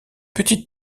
petite